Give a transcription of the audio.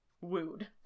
wooed